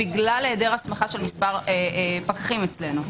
בגלל היעדר הסמכה של מספר פקחים אצלנו.